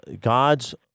God's